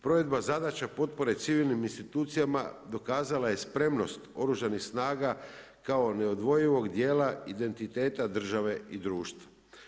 Provedba zadaće potpore civilnim institucijama dokazale je spremnost Oružanih snaga kao neodvojivog dijela identiteta države i društva.